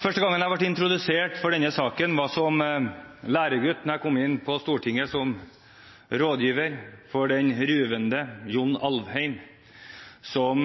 Første gang jeg ble introdusert for denne saken, var da jeg som læregutt kom inn på Stortinget som rådgiver for den ruvende John Alvheim, som